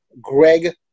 Greg